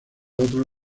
otras